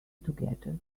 together